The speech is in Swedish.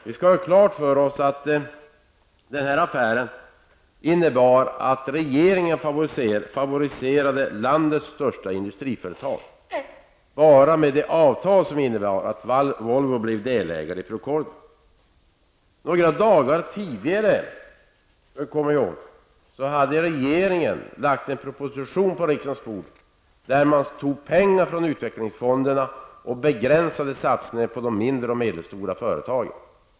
Vi skall ha klart för oss att affären innebar att regeringen favoriserade landets största industriföretag bara med det avtal som medförde att Volvo blev delägare i Procordia. Några dagar tidigare hade regeringen lagt fram en proposition på riksdagens bord som innebar att man tog pengar från utvecklingsfonderna och begränsade satsningarna på de mindre och medelstora företagen.